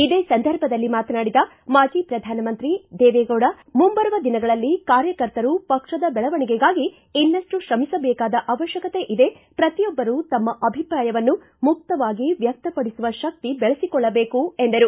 ಇದೇ ಸಂದರ್ಭದಲ್ಲಿ ಮಾತನಾಡಿದ ಮಾಜಿ ಪ್ರಧಾನಮಂತ್ರಿ ದೇವೆಗೌಡ ಮುಂಬರುವ ದಿನಗಳಲ್ಲಿ ಕಾರ್ಯಕರ್ತರು ಪಕ್ಷದ ಬೆಳವಣಿಗೆಗಾಗಿ ಇನ್ನಷ್ಟು ತ್ರಮಿಸಬೇಕಾದ ಅವತ್ಕತೆ ಇದೆ ಪ್ರತಿಯೊಬ್ಬರು ತಮ್ಮ ಅಭಿಪ್ರಾಯವನ್ನು ಮುಕ್ತವಾಗಿ ವ್ನಕ್ತಪಡಿಸುವ ಶಕ್ತಿ ಬೆಳೆಸಿಕೊಳ್ಳಬೇಕು ಎಂದರು